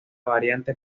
variante